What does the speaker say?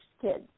kids